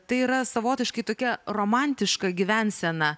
tai yra savotiškai tokia romantiška gyvensena